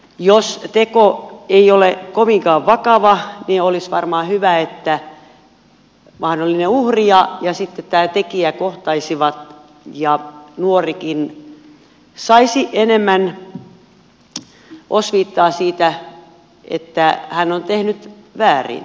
jos teko ei ole kovinkaan vakava niin olisi varmaan hyvä että mahdollinen uhri ja sitten tämä tekijä kohtaisivat ja nuorikin saisi enemmän osviittaa siitä että hän on tehnyt väärin uhria kohtaan